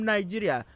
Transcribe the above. Nigeria